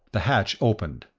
the hatch opened.